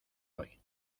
doy